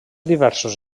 diversos